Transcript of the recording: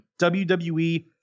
WWE